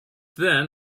then